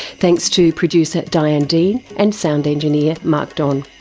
thanks to producer diane dean and sound engineer mark don.